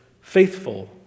faithful